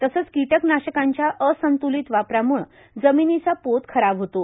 तसंच कीटकनाशकांच्या असंत्लित वापराम्ळं जमीनीचा पोत खराब होतो